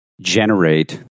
generate